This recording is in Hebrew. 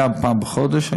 היה פעם בחודש,